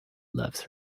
loves